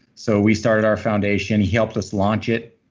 so, we started our foundation. he helped us launch it.